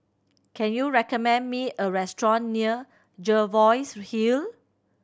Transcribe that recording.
can you recommend me a restaurant near Jervois Hill